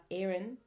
Aaron